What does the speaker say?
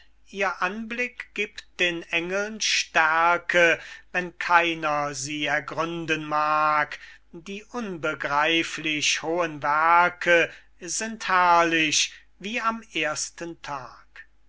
ihr anblick giebt den engeln stärke wenn keiner sie ergründen mag die unbegreiflich hohen werke sind herrlich wie am ersten tag